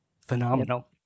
phenomenal